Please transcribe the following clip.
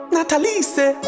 Natalie